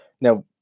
Now